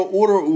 order